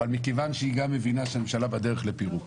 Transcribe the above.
אבל מכיוון שהיא גם מבינה שהממשלה בדרך לפירוק